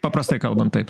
paprastai kalbant taip